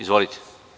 Izvolite.